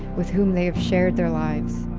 with whom they have shared their lives.